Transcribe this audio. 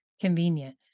convenient